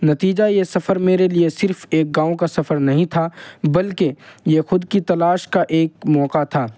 نتیجہ یہ سفر میرے لیے صرف ایک گاؤں کا سفر نہیں تھا بلکہ یہ خود کی تلاش کا ایک موقع تھا